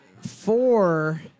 four